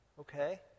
Okay